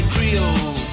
Creole